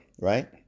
right